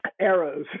arrows